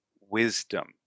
wisdom